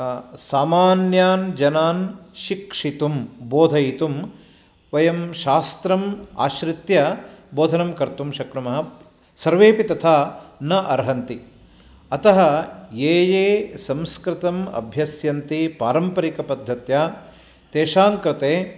सामान्यान् जनान् शिक्षितुं बोधयितुं वयं शास्त्रम् आश्रित्य बोधनं कर्तुं शक्नुमः सर्वेऽपि तथा न अर्हन्ति अतः ये ये संस्कृतम् अभ्यस्यन्ति पारम्परिकपद्धत्या तेषां कृते